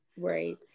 Right